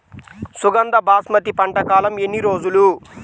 సుగంధ బాస్మతి పంట కాలం ఎన్ని రోజులు?